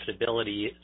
profitability